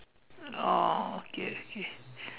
oh okay okay